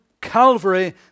Calvary